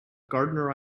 gardener